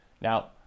Now